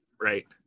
right